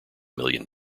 million